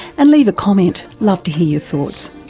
and leave a comment, love to hear your thoughts.